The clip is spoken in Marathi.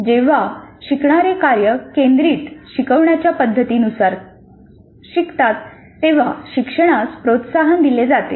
जेव्हा शिकणारे कार्य केंद्रित शिकवण्याच्या पद्धती नुसार शिकतात तेव्हा शिक्षणास प्रोत्साहन दिले जाते